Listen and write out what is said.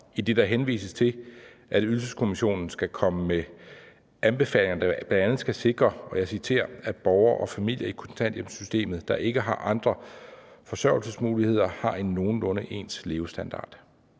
– idet der henvises til, at Ydelseskommissionen skal komme med anbefalinger, der bl.a. skal sikre, »at borgere og familier i kontanthjælpssystemet, der ikke har andre forsørgelsesmuligheder, har en nogenlunde ens levestandard«?